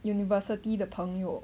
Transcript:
university 的朋友